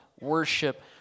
worship